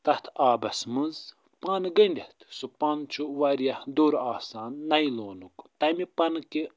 تتھ آبس منٛز پن گٔنٛڈٕٹھ سُہ پن چھُ وارِیاہ دوٚر آسان نایلونُک تَمہِ پنکہِ